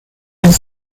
and